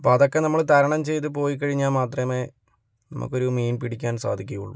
അപ്പം അതൊക്കെ നമ്മള് തരണം ചെയ്തു പോയികഴിഞ്ഞാൽ മാത്രമേ നമുക്കൊരു മീൻ പിടിക്കാൻ സാധിക്കുകയുള്ളൂ